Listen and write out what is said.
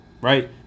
right